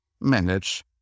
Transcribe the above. manage